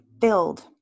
filled